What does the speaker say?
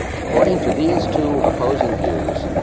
according to these two opposing views,